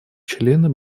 члены